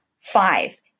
Five